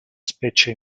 specie